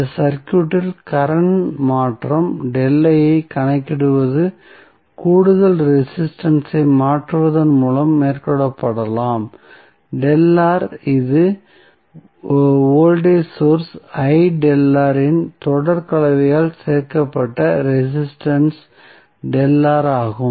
இந்த சர்க்யூட்டில் கரண்ட் மாற்றம் ஐக் கணக்கிடுவது கூடுதல் ரெசிஸ்டன்ஸ் ஐ மாற்றுவதன் மூலம் மேற்கொள்ளப்படலாம் இது வோல்டேஜ் சோர்ஸ் இன் தொடர் கலவையால் சேர்க்கப்பட்ட ரெசிஸ்டன்ஸ் ஆகும்